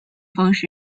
方式